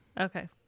Okay